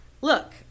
look